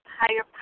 higher